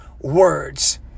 words